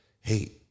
hey